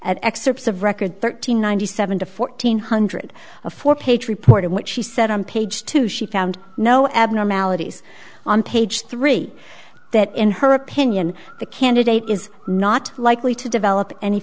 at excerpts of record thirteen ninety seven to fourteen hundred a four page report of what she said on page two she found no abnormalities on page three that in her opinion the candidate is not likely to develop any